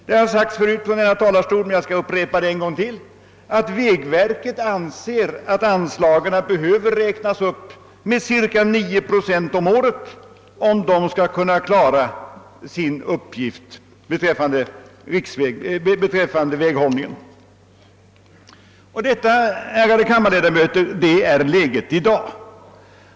Det har sagts tidigare från denna talarstol, men jag skall upprepa det: Vägverket anser att anslagen behöver räknas upp med cirka 9 procent om året, om verket skall kunna klara sin uppgift beträffande väghållningen. Sådant, ärade kammarledamöter, är läget i dag.